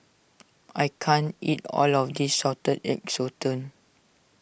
I can't eat all of this Salted Egg Sotong